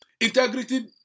Integrity